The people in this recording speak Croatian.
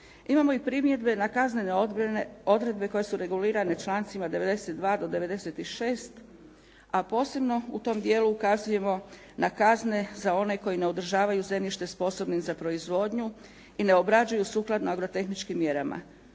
Imamo i primjedbe na kaznene odredbe koje su regulirane člancima 92. do 96., a posebno u tom dijelu ukazujemo na kazne za one koji ne održavaju zemljište sposobnim za proizvodnju i ne obrađuju sukladno agrotehničkim mjerama.